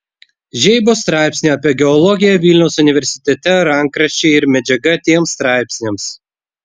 žeibos straipsnių apie geologiją vilniaus universitete rankraščiai ir medžiaga tiems straipsniams